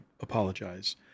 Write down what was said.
apologize